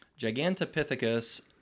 Gigantopithecus